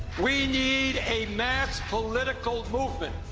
we need a mass political movement,